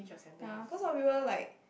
ya cause a lot of people like